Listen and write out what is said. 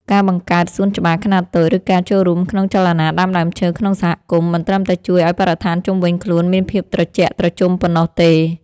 ការបង្កើតសួនច្បារខ្នាតតូច ឬការចូលរួមក្នុងចលនាដាំដើមឈើក្នុងសហគមន៍ មិនត្រឹមតែជួយឱ្យបរិស្ថានជុំវិញខ្លួនមានភាពត្រជាក់ត្រជុំប៉ុណ្ណោះទេ